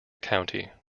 county